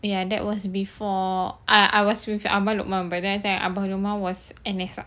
eh ya that before I I was abang lukman but then abang lukman was N_S ah